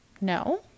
No